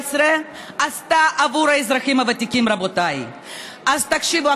ו-2019 עבור האזרחים הוותיקים, רבותיי, אז תקשיבו.